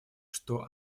что